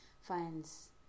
finds